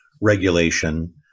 regulation